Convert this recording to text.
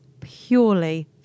purely